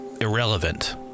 irrelevant